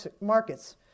markets